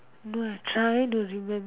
no I trying to remember